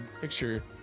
picture